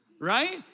Right